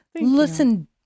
listen